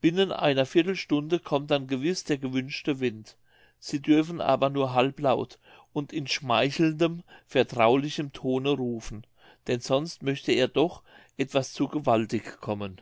binnen einer viertelstunde kommt dann gewiß der gewünschte wind sie dürfen aber nur halblaut und in schmeichelndem vertraulichem tone rufen denn sonst möchte er doch etwas zu gewaltig kommen